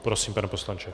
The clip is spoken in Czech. Prosím, pane poslanče.